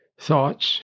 thoughts